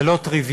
זה לא טריוויאלי,